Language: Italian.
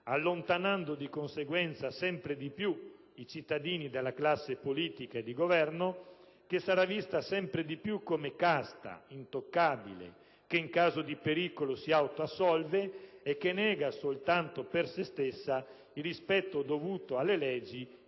allontanando, di conseguenza, sempre di più i cittadini dalla classe politica e di governo, che sarà vista sempre di più come casta intoccabile, che in caso di pericolo si autoassolve e che nega soltanto per sé stessa il rispetto dovuto alle leggi,